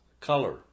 Color